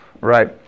Right